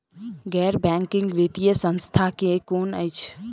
गैर बैंकिंग वित्तीय संस्था केँ कुन अछि?